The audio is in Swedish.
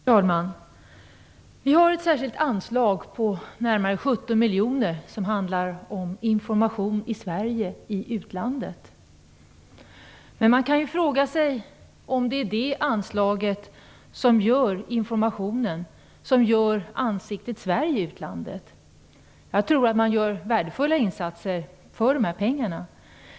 Herr talman! Vi har ett särskilt anslag på närmare 17 miljoner som skall gå till information om Sverige i utlandet. Men man kan fråga sig om det är detta anslag som ligger till grund för Sveriges ansikte i utlandet. Jag tror att man gör värdefulla insatser för dessa pengar.